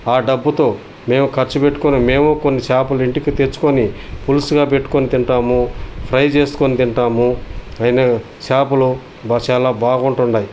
ఆ డబ్బుతో మేము ఖర్చు పెట్టుకోని మేమూ కొన్ని చేపలు ఇంటికి తెచ్చుకొని పులుసుగా పెట్టుకోని తింటాము ఫ్రై చేసుకోని తింటాము అయినా చేపలు చాలా బాగుంటున్నాయి